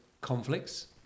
conflicts